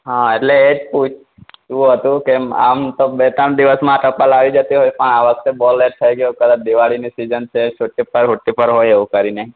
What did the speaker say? હા એટલે એવું હતું કે આમ તો બે ત્રણ દિવસમાં ટપાલ આવી જતી હોય પણ આ વખતે બહુ લેટ થઈ ગયો કદાચ દિવાળીની સિઝન છે છુટ્ટી પર હુટ્ટી પર હોય એવું કરીને